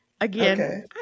Again